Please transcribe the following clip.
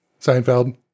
Seinfeld